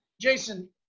Jason